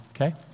okay